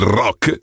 rock